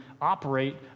operate